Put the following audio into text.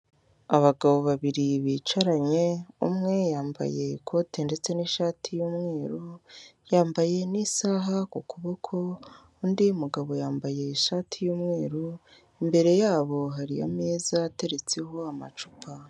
Abagabo babiri bicaranye umwe yambaye ikote ndetse n'ishati y'umweru yambaye n'isaha ku kuboko undi mugabo yambaye ishati y'umweru imbere yabo hari ameza ateretseho amacupa.